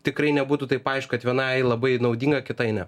tikrai nebūtų taip aišku kad vienai labai naudinga kitai ne